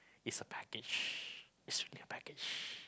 is a package is really a package